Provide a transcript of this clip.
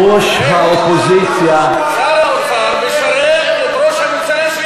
הרי שר האוצר משרת את ראש הממשלה,